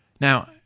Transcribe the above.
Now